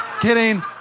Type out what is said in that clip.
Kidding